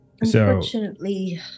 Unfortunately